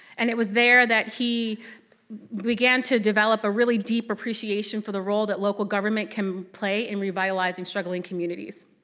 and it was there that he began to develop a really deep appreciation for the role that local government can play in revitalizing struggling communities.